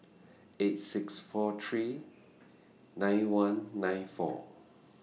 eight six four three nine one nine four